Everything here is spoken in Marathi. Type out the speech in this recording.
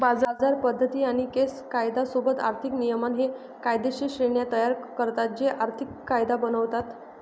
बाजार पद्धती आणि केस कायदा सोबत आर्थिक नियमन हे कायदेशीर श्रेण्या तयार करतात जे आर्थिक कायदा बनवतात